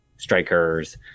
Strikers